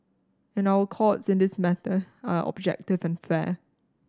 and our Courts in this matter are objective and fair